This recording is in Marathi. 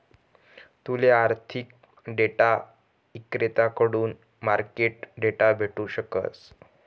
तूले आर्थिक डेटा इक्रेताकडथून मार्केट डेटा भेटू शकस